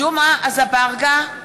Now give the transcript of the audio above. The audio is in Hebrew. (קוראת בשמות חברי הכנסת) ג'מעה אזברגה,